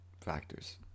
factors